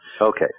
Okay